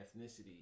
ethnicity